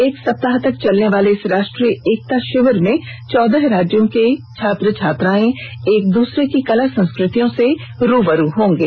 एक सप्ताह तक चलनेवाले इस राष्ट्रीय एकता षिविर में चौदह राज्यों के छात्र छात्राएं एक दूसरे की कला संस्कृतियों से रूबरू होंगे